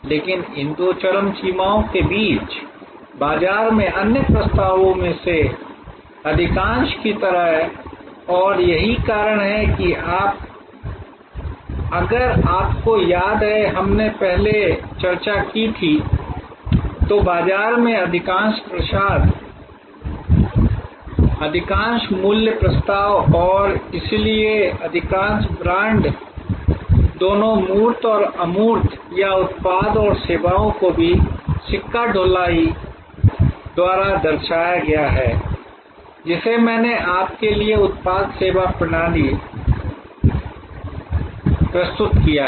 लेकिन इन दो चरम सीमाओं के बीच बाजार में अन्य प्रस्तावो में से अधिकांश की तरह और यही कारण है कि अगर आपको याद है कि हमने पहले चर्चा की थी तो बाजार में अधिकांश प्रसाद अधिकांश मूल्य प्रस्ताव और इसलिए अधिकांश ब्रांड दोनों मूर्त और अमूर्त या उत्पाद और सेवाओं को भी सिक्का ढलाई द्वारा दर्शाया गया है जिसे मैंने आपके लिए उत्पाद सेवा प्रणाली प्रस्तुत किया है